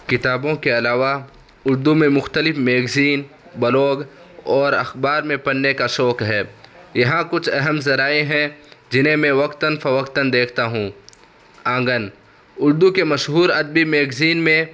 کتابوں کے علاوہ اردو میں مختلف میگزین بلوگ اور اخبار میں پڑھنے کا شوق ہے یہاں کچھ اہم ذرائع ہیں جنہیں میں وقتاً فوقتاً دیکھتا ہوں آنگن اردو کے مشہور ادبی میگزین میں